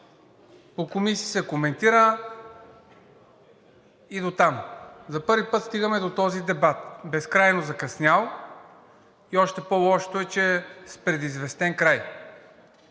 по комисии се коментира, и дотам. За първи път стигаме до този безкрайно закъснял дебат, още по-лошото е, че е с предизвестен край.